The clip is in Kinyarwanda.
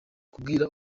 kubwira